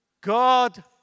God